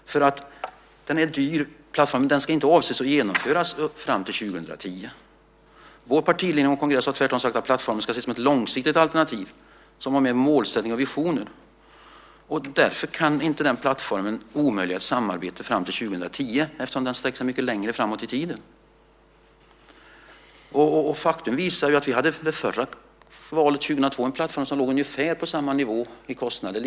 Plattformen är dyr, men den ska inte genomföras fram till 2010. Vår partiledning och kongress har tvärtom sagt att plattformen ska ses som ett långsiktigt alternativ och mer som en målsättning och visioner. Därför kan inte den plattformen omöjliggöra ett samarbete fram till 2010 eftersom den sträcker sig mycket längre framåt i tiden. Faktum är att vi vid det förra valet 2002 hade en plattform som låg ungefär på samma nivå i kostnader.